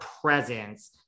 presence